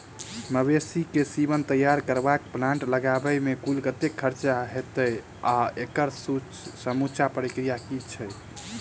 मवेसी केँ सीमन तैयार करबाक प्लांट लगाबै मे कुल कतेक खर्चा हएत आ एकड़ समूचा प्रक्रिया की छैक?